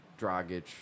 Dragic